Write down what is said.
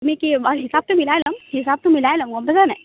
তুমি কি হিচাপটো মিলাই ল'ম হিচাপটো মিলাই ল'ম গম পাইছানে নাই